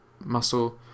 muscle